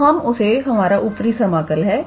तो हम उसे हमारा ऊपरी समाकल है